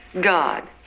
God